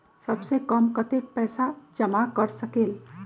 सबसे कम कतेक पैसा जमा कर सकेल?